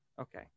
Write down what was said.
Okay